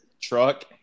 truck